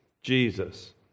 Jesus